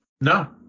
No